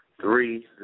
Three